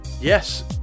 Yes